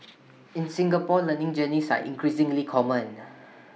in Singapore learning journeys are increasingly common